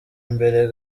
mbere